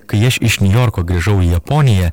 kai aš iš niujorko grįžau į japoniją